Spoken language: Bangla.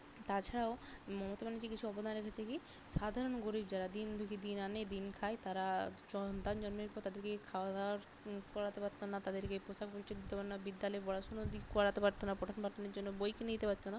তাছাড়াও মমতা ব্যানার্জী কিছু অবদান রেখেছে কী সাধারণ গরিব যারা দিন দুঃখী দিন আনে দিন খায় তারা সন্তান জন্মের পর তাদেরকে খাওয়া দাওয়া করাতে পারতো না তাদেরকে পোশাক পরিচ্ছদ দিতে পারতো না বিদ্যালয়ে পড়াশোনার দি করাতে পারতো না পঠন পাঠনের জন্য বই কিনে দিতে পারতো না